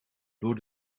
door